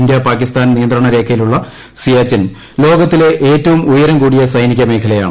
India Pakistan നിയന്ത്രണ രേഖയിലുള്ള സിയാചിൻ ലോകത്തിലെ ഏറ്റവും ഉയരം കൂടിയ സൈനിക മേഖലയാണ്